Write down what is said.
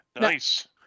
Nice